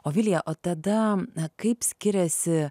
o vilija o tada na kaip skiriasi